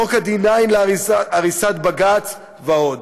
חוק ה-D9 להריסת בג"ץ ועוד.